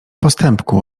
postępku